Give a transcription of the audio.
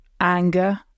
anger